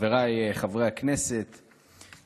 חבריי חברי הכנסת,